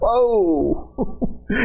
whoa